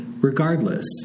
regardless